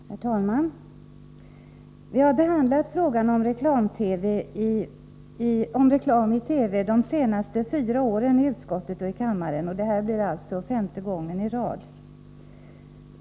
Herr talman! Vi har behandlat frågan om reklam i TV de senaste fyra åren i utskottet och i kammaren — detta blir alltså femte gången i rad.